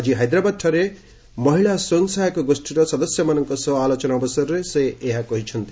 ଆକି ହାଇଦ୍ରାବାଦ୍ଠାରେ ମହିଳା ସ୍ୱୟଂ ସହାୟକ ଗୋଷ୍ଠୀର ସଦସ୍ୟାମାନଙ୍କ ସହ ଆଲୋଚନା ଅବସରରେ ସେ ଏହା କହିଛନ୍ତି